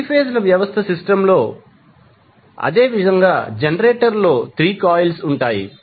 3 phase ల వ్యవస్థ విషయంలో అదే విధంగా జనరేటర్ లో 3 కాయిల్స్ ఉంటాయి